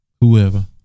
Whoever